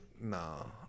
No